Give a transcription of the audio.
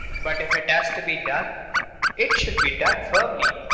but if it has to be done it should be done firmly.